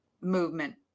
movement